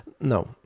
No